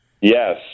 Yes